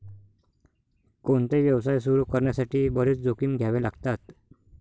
कोणताही व्यवसाय सुरू करण्यासाठी बरेच जोखीम घ्यावे लागतात